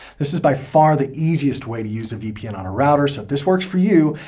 this is by far the easiest way to use a vpn on a router. so if this works for you,